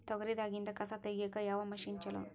ತೊಗರಿ ದಾಗಿಂದ ಕಸಾ ತಗಿಯಕ ಯಾವ ಮಷಿನ್ ಚಲೋ?